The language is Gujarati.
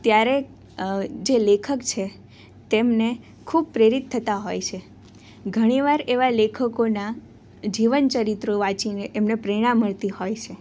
ત્યારે જે લેખક છે તેમને ખૂબ પ્રેરિત થતા હોય છે ઘણી વાર એવા લેખકોનાં જીવન ચરિત્રો વાંચીને એમને પ્રેરણા મળતી હોય છે